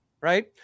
right